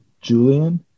Julian